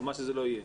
או מה שזה לא יהיה,